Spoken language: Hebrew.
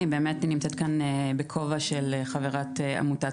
אני נמצאת כאן בכובע של חברת עמותת